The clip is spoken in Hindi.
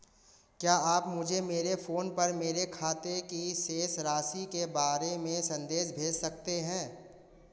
क्या आप मुझे मेरे फ़ोन पर मेरे खाते की शेष राशि के बारे में संदेश भेज सकते हैं?